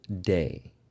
day